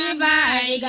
um by